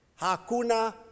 Hakuna